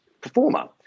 performer